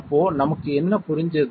அப்போ நமக்கு என்ன புரிஞ்சுது